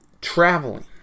traveling